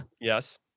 Yes